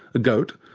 a goat,